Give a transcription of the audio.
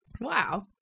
Wow